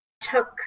took